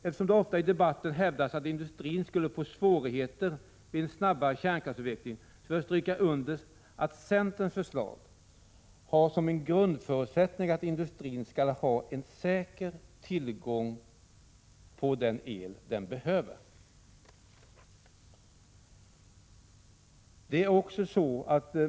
Eftersom det ofta i debatten hävdas att industrin skulle få svårigheter vid en snabbare kärnkraftsavveckling, vill jag stryka under att centerns förslag har som en grundförutsättning att industrin skall ha en säker tillgång på den el den behöver.